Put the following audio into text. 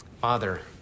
Father